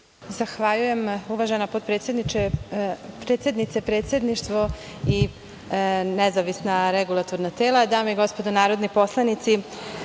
Zahvaljujem. Uvažena potpredsednice, predsedništvo i nezavisna regulatorna tela, dame i gospodo narodni poslanici,